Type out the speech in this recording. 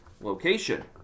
location